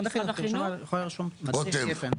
רותם.